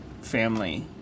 Family